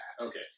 Okay